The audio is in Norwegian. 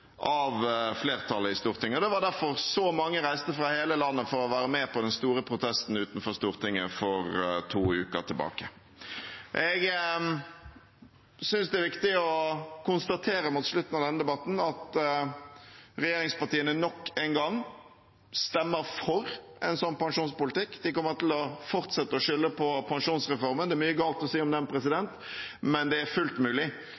av flertallet i Stortinget. Det var derfor så mange reiste fra hele landet for å være med på den store protesten utenfor Stortinget for to uker siden. Mot slutten av denne debatten synes jeg det er viktig å konstatere at regjeringspartiene nok en gang stemmer for en sånn pensjonspolitikk. De kommer til å fortsette å skylde på pensjonsreformen. Det er mye galt å si om den, men det er fullt mulig